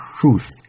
truth